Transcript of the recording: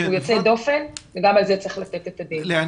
הוא יוצא דופן, וגם על זה צריך לתת את הדין.